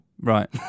Right